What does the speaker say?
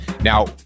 Now